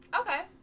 Okay